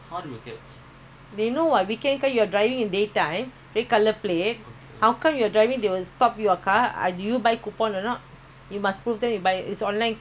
ah ah also cannot after seven only you must drive you cannot sy that lah nowadays their traffic they are very